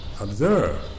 observe